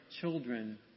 children